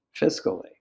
fiscally